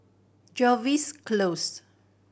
Jervois Close